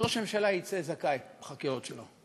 שראש הממשלה יצא זכאי בחקירות שלו.